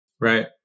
Right